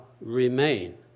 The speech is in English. remain